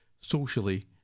socially